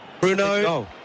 bruno